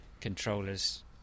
Controllers